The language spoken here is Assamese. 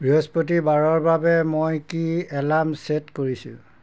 বৃহস্পতিবাৰৰ বাবে মই কি এলাৰ্ম ছেট কৰিছোঁ